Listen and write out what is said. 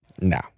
no